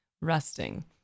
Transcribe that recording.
resting